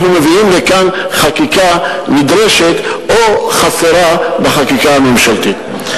אנחנו מביאים לכאן חקיקה נדרשת או חסרה בחקיקה הממשלתית.